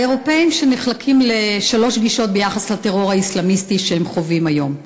האירופים נחלקים לשלוש גישות ביחס לטרור האסלאמיסטי שהם חווים היום: